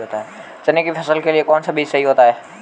चने की फसल के लिए कौनसा बीज सही होता है?